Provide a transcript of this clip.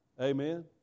Amen